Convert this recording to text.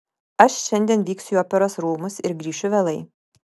aš šiandien vyksiu į operos rūmus ir grįšiu vėlai